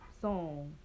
song